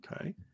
Okay